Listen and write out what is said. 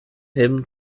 him